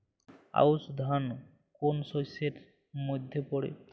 আউশ ধান কোন শস্যের মধ্যে পড়ে?